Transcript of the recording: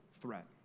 threat